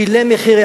שילם מחיר.